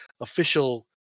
official